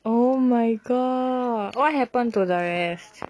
oh my god what happen to the rest